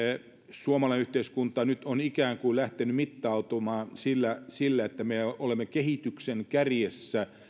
suomalainen yhteiskunta nyt on ikään kuin lähtenyt mittautumaan sillä sillä että me olemme kehityksen kärjessä